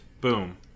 Boom